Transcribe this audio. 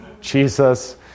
Jesus